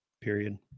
Period